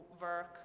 work